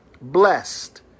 Blessed